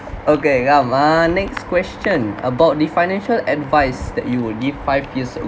okay ngam ah next question about the financial advice that you would give five years